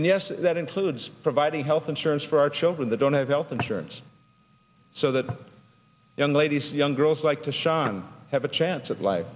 and yes that includes providing health insurance for our children that don't have health insurance so that young ladies young girls like to shine have a chance at life